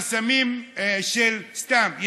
חסמים סתם.